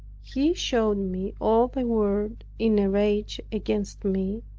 he showed me all the world in a rage against me,